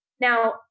Now